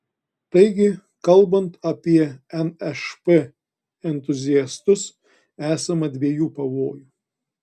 taigi kalbant apie nšp entuziastus esama dviejų pavojų